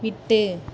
விட்டு